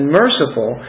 merciful